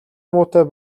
муутай